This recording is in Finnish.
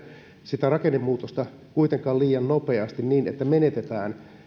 sitä rakennemuutosta kuitenkaan liian nopeasti niin että menetetään